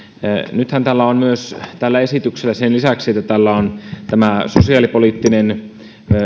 nythän tällä esityksellä on sen lisäksi että tällä on sosiaalipoliittinen